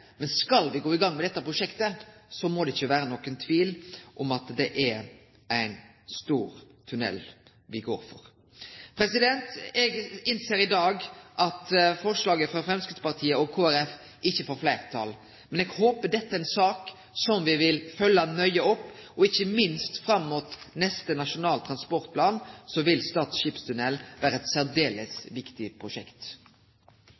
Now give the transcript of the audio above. men skal me gå i gang med dette prosjektet, må det ikkje vere nokon tvil om at det er ein stor tunnel me går inn for. Eg innser i dag at forslaget frå Framstegspartiet og Kristeleg Folkeparti ikkje får fleirtal. Men eg håper dette er ei sak som me vil følgje nøye opp. Ikkje minst fram mot neste Nasjonal transportplan vil Stad skipstunnel vere eit